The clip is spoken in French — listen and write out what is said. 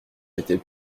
j’étais